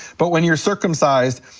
but when you're circumcised,